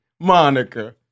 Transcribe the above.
Monica